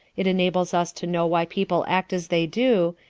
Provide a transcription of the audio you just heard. it enables us to know why people act as they do,